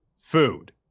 food